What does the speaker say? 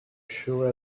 sure